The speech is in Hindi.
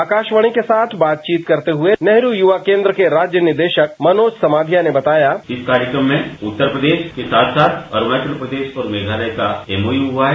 आकाशवाणी के साथ बातचीत करते हुए नेहरू युवा केंद्र के राज्य निदेशक मनोज समाधिया ने बताया इस कार्यक्रम में उत्तर प्रदेश के साथ साथ अरूणाचल प्रदेश और मेघालय का एम ओ यू हुआ है